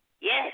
Yes